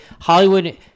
Hollywood